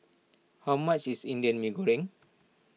how much is Indian Mee Goreng